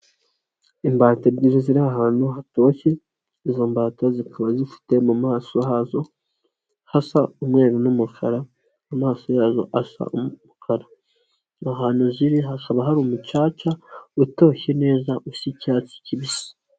Imbata ebyiri ziri ahantu hatoshye izo mbata zikaba zifite mu maso hazo hasa umweru n'umukara, amaso yazo asa umukara, ahantu ziri hazaba hari umucaca utoshye neza usa icyatsi kibisi.